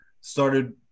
started